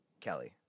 Kelly